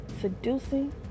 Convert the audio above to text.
seducing